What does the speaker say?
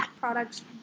products